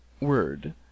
word